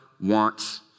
wants